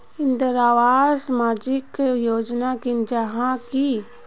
इंदरावास सामाजिक योजना नी जाहा की?